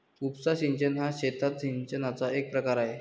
उपसा सिंचन हा शेतात सिंचनाचा एक प्रकार आहे